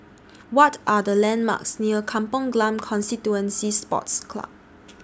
What Are The landmarks near Kampong Glam Constituency Sports Club